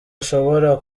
ashobora